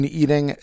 eating